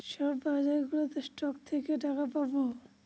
সব বাজারগুলোতে স্টক থেকে টাকা পাবো